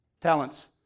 talents